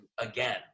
again